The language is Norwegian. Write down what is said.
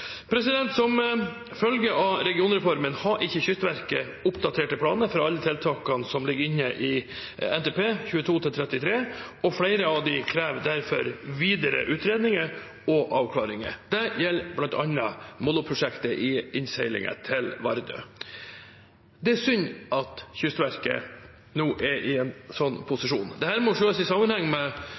Som følge av regionreformen har ikke Kystverket oppdaterte planer for alle tiltakene som ligger inne i NTP 2022–2033, og flere av dem krever derfor videre utredninger og avklaringer. Det gjelder bl.a. moloprosjektet i innseilingen til Vardø. Det er synd at Kystverket nå er i en slik posisjon. Dette må sees i sammenheng med